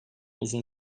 uzun